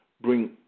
bring